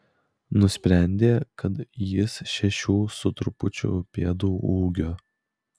nusprendė kad jis šešių su trupučiu pėdų ūgio